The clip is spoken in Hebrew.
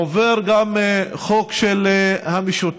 עובר גם חוק של המשותפת,